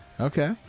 Okay